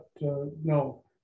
no